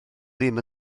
ddim